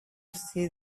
see